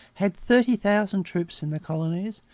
had thirty thousand troops in the colonies,